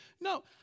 No